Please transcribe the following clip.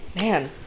man